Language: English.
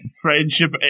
friendship